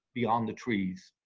beyond the trees.